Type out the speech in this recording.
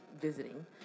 visiting